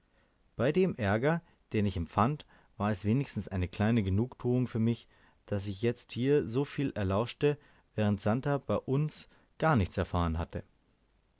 bei dem aerger den ich empfand war es wenigstens eine kleine genugtuung für mich daß ich jetzt hier so viel erlauschte während santer bei uns gar nichts erfahren hatte